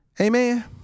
Amen